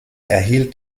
erhielt